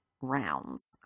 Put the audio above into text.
rounds